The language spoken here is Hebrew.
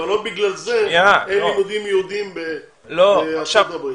אבל לא בגלל זה אין לימודים יהודיים בארצות הברית.